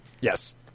yes